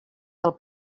del